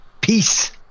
peace